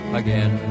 again